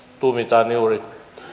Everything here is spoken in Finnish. tuumitaan juuri